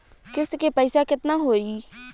किस्त के पईसा केतना होई?